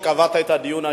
על שקבעת את הדיון היום.